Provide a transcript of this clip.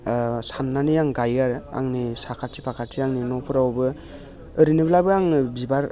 साननानै आं गायो आरो आंनि साखाथि फाखाथि आंनि न'फोरावबो ओरैनोब्लाबो आङो बिबार